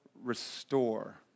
restore